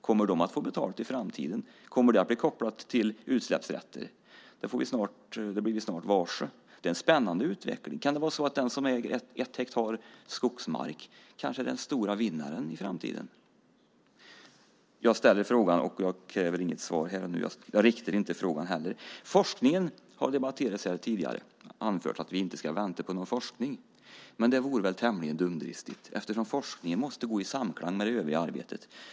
Kommer de att få betalt i framtiden? Kommer det att bli kopplat till utsläppsrätter? Det blir vi snart varse. Det är en spännande utveckling. Kan det vara så att den som äger ett hektar skogsmark är den stora vinnaren i framtiden? Jag ställer frågan, men jag kräver inget svar här. Jag riktar inte heller frågan. Forskningen har debatterats här tidigare. Det har anförts att vi inte ska vänta på någon forskning. Men det vore väl tämligen dumdristigt eftersom forskningen måste stå i samklang med det övriga arbetet.